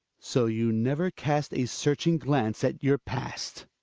so you never cast a searching glance at your past?